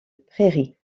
prairies